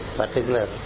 particular